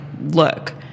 look